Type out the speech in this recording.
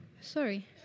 Sorry